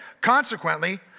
consequently